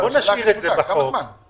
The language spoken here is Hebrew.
שואל היושב ראש כמה זמן לוקח לכם.